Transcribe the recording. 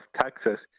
Texas